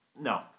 no